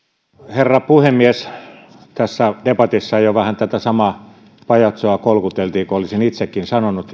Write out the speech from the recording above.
herra puhemies tässä debatissa jo vähän tätä samaa pajatsoa kolkuteltiin kuin olisin itsekin sanonut